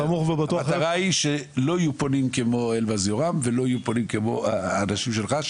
המטרה שלא יהיו פונים כמו אלבז יורם ולא יהיו פונים כמו האנשים שלך,